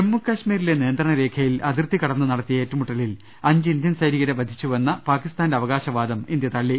ജമ്മുകശ്മീരിലെ നിയന്ത്രണ രേഖയിൽ അതിർത്തി കടന്ന് നട ത്തിയ ഏറ്റുമുട്ടലിൽ അഞ്ച് ഇന്ത്യൻ സൈനികരെ വധിച്ചുവെന്ന പാകി സ്ഥാന്റെ അവകാശവാദം ഇന്ത്യ തള്ളി